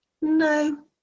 no